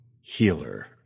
Healer